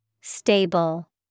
Stable